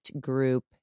group